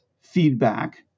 feedback